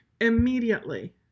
immediately